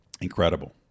incredible